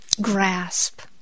grasp